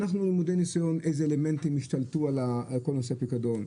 אנחנו למודי ניסיון איזה אלמנטים השתלטו על כל נושא הפיקדון.